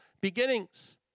beginnings